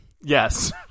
yes